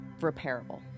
repairable